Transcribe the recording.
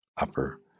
upper